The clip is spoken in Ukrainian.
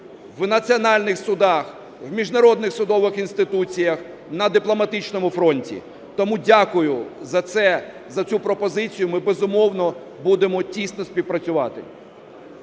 в національних судах, в міжнародних судових інституціях, на дипломатичному фронті. Тому дякую за цю пропозицію. Ми, безумовно, будемо тісно співпрацювати.